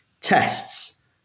tests